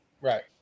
Right